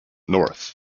north